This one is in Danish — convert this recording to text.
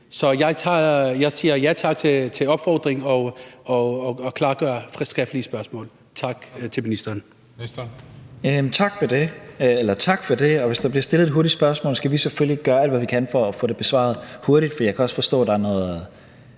Så jeg siger ja tak til opfordringen og klargør skriftlige spørgsmål. Tak til ministeren.